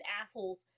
assholes